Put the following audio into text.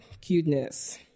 cuteness